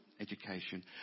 education